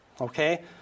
okay